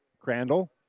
Crandall